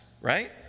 right